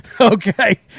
Okay